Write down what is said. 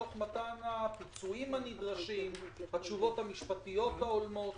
תוך מתן הפיצויים הנדרשים ובתשובות המשפטיות ההולמות.